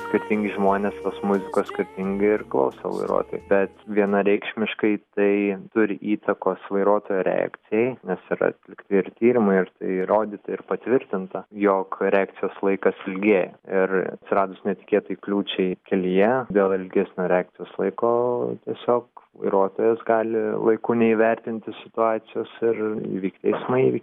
skirtingi žmonės tos muzikos skirtingai ir klauso vairuotojai bet vienareikšmiškai tai turi įtakos vairuotojo reakcijai nes yra atlikti ir tyrimai ir tai įrodyta ir patvirtinta jog reakcijos laikas ilgėja ir atsiradus netikėtai kliūčiai kelyje dėl ilgesnio reakcijos laiko tiesiog vairuotojas gali laiku neįvertinti situacijos ir įvykti eismo įvykis